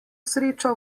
sreča